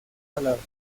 palabras